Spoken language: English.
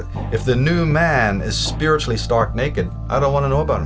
it if the new man is spiritually stark naked i don't want to know about